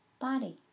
Body